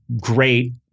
great